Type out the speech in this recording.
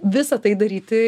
visa tai daryti